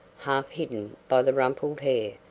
half-hidden by the rumpled hair,